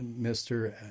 Mr